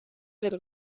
del